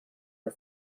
are